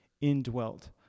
indwelt